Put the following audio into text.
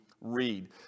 read